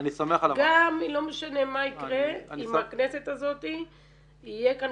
גם לא משנה מה יקרה עם הכנסת הזאת יהיה כאן